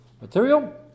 material